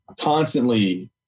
constantly